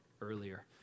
earlier